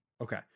okay